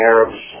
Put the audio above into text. Arabs